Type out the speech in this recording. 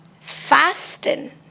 fasten